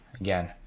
Again